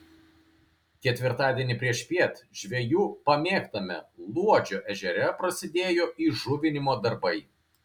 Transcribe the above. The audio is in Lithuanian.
ketvirtadienį priešpiet žvejų pamėgtame luodžio ežere prasidėjo įžuvinimo darbai